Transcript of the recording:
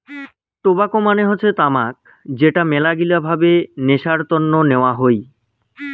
tobacco মানে হসে তামাক যেটা মেলাগিলা ভাবে নেশার তন্ন নেওয়া হই